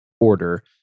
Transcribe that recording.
order